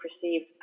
perceived